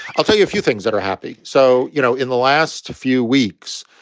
i'll tell you a few things that are happy. so, you know, in the last few weeks,